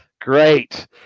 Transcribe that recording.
great